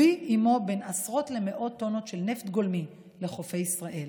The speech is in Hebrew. בין עשרות למאות טונות של נפט גולמי בחופי ישראל.